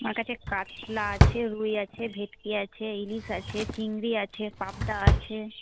আমার কাছে কাতলা আছে রুই আছে ভেটকি আছে ইলিশ আছে চিংড়ি আছে পাবদা আছে